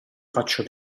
faccio